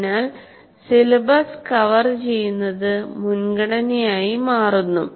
അതിനാൽ syllabus cover ചെയ്യുന്നത് മുൻഗണനയായി മാറുന്നു